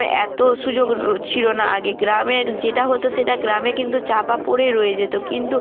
এত সুযোগ ছিলো না আগে গ্রামের যেটা হতো সেটা গ্রামে কিন্তু চাপা পড়েই রয়ে যেত কিন্তু